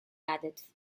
added